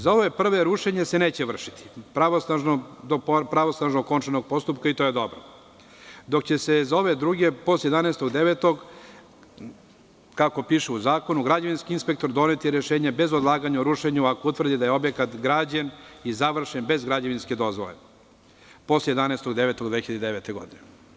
Za ove prve rušenje se neće vršiti do pravosnažno okončanog postupka i to je dobro, dok će za ove druge, posle 11. 09, kako piše u zakonu, građevinski inspektor doneti rešenje bez odlaganja o rušenju ako utvrdi da je objekat građen i završen bez građevinske dozvole posle 11. 09. 2009. godine.